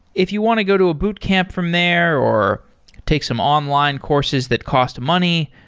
if you want to go to a boot camp from there or take some online courses that cost money,